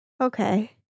Okay